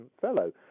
fellow